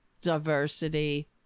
diversity